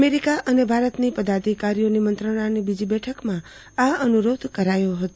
America અને ભારતની પદાધિકારીઓની મંત્રણાની બીજી બેઠકમાં આ અનુરોધ કરાયો હતો